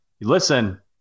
listen